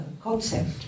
concept